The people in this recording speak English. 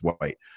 white